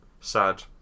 Sad